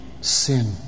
sin